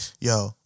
yo